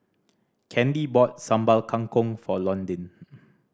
Candy bought Sambal Kangkong for Londyn